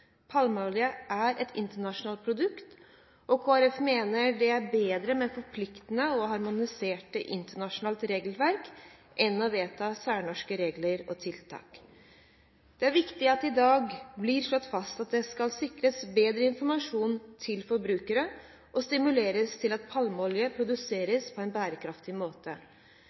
Palmeolje er et internasjonalt produkt, og Kristelig Folkeparti mener det er bedre med forpliktende og harmoniserte internasjonale regelverk enn å vedta særnorske regler og tiltak. Det er viktig at det i dag blir slått fast at det skal sikres bedre informasjon til forbrukere og stimuleres til at palmeolje produseres på en bærekraftig måte.